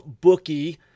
bookie